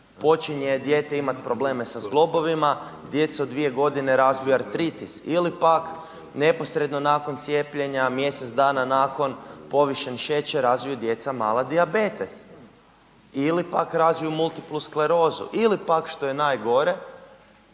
počinje dijete imati probleme sa zglobovima, djeca od svije 2 g. razviju artritis ili pak neposredno nakon cijepljenja, mjesec dana nakon povišen šećer, razviju djeca mala dijabetes ili pak razviju multiplu sklerozu ili pak što je najgore,